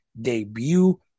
debut